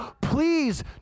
please